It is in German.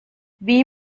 wie